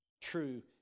True